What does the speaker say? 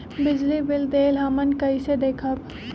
बिजली बिल देल हमन कईसे देखब?